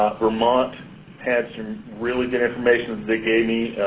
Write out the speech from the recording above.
vermont had some really good information that they gave me,